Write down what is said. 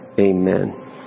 Amen